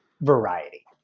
variety